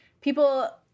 people